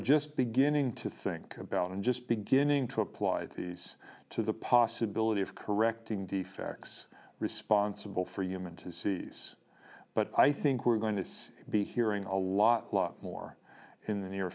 just beginning to think about and just beginning to apply these to the possibility of correcting the facts responsible for human to seize but i think we're going to be hearing a lot lot more in the near